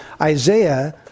Isaiah